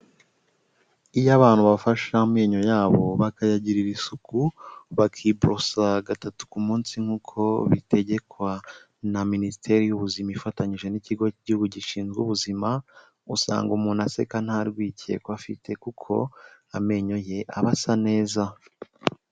Iyo abantu bafashe amenyo yabo bakayagirira isuku, bakiborosa gatatu ku munsi nk'uko bitegekwa na minisiteri y'ubuzima ifatanyije n'ikigo cyigihugu gishinzwe ubuzima, usanga umuntu aseka nta rwikekwe afite, kuko amenyo ye aba asa neza.